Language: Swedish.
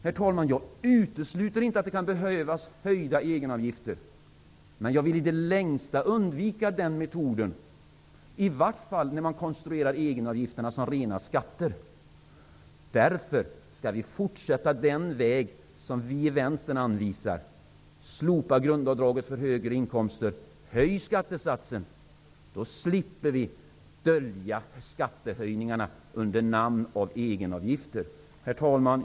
Herr talman! Jag utesluter inte att det kan behövas höjda egenavgifter, men jag vill i det längsta undvika den metoden -- i varje fall när egenavgifterna konstrueras som rena skatter. Därför skall vi fortsätta på den väg som vi i Vänstern anvisar. Om vi slopar grundavdraget för högre inkomster och höjer skattesatsen slipper vi dölja skattehöjningarna under namnet egenavgifter. Herr talman!